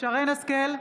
מרים השכל,